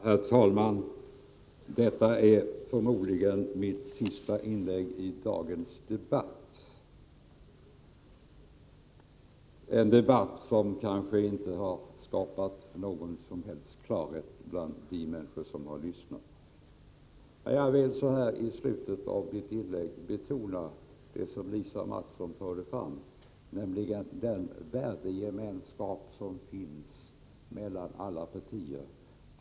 Herr talman! Detta är förmodligen mitt sista inlägg i dagens debatt, en debatt som kanske inte har skapat någon som helst klarhet bland de människor som har lyssnat. Men jag vill betona det som Lisa Mattson förde fram, nämligen den värdegemenskap som finns mellan alla partier.